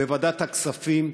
בוועדת הכספים,